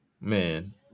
man